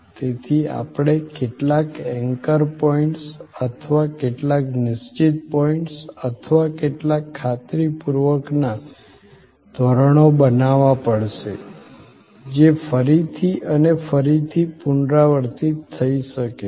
તેથી આપણે કેટલાક એન્કર પોઈન્ટ્સ અથવા કેટલાક નિશ્ચિત પોઈન્ટ્સ અથવા કેટલાક ખાતરીપૂર્વકના ધોરણો બનાવવા પડશે જે ફરીથી અને ફરીથી પુનરાવર્તિત થઈ શકે છે